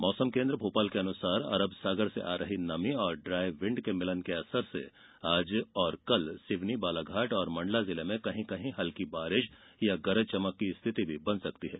मौसम केंद्र भोपाल के अनुसार अरब सागर से आ रही नमी और ड्राय विंड के मिलन के असर से आज और कल सिवनी बालाघाट और मंडला जिले में कहीं कहीं हल्की बारिश या गरज चमक की स्थिति भी बन सकती है